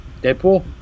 Deadpool